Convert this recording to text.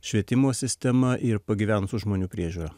švietimo sistema ir pagyvenusių žmonių priežiūra